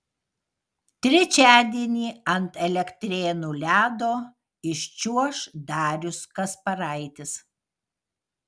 trečiadienį ant elektrėnų ledo iščiuoš darius kasparaitis